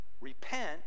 repent